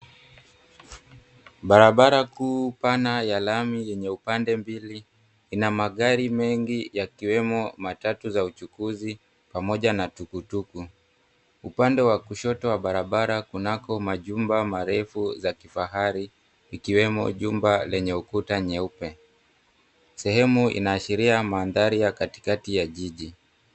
Barabara kuu pana ya lami yenye upande mbili ina magari mengi, yakiwemo matatu za uchukuzi pamoja na tukutuku. Upande wa kushoto wa barabara kunako majumba marefu za kifahari ikiwemo jumba lenye ukuta nyeupe. Sehemu inaashiria maandhari ya katikati ya jiji.